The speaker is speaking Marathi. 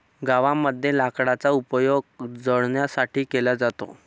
गावामध्ये लाकडाचा उपयोग जळणासाठी केला जातो